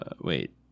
Wait